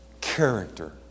character